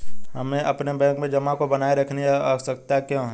हमें बैंक में जमा को बनाए रखने की आवश्यकता क्यों है?